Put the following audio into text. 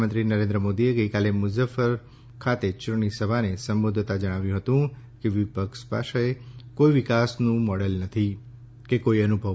પ્રધાનમંત્રી નરેન્દ્ર મોદીએ ગઈકાલે મુઝફ્ફરપુર ચૂંટણી સભાને સંબોધતા જણાવ્યું હતું કે વિપક્ષ પાસે કોઇ વિકાસનું કોઇ મોડલ નથી કે નથી કોઈ અનુભવ